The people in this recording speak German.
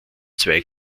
zwei